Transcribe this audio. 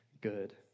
good